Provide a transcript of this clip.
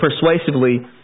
persuasively